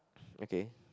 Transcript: okay